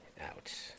out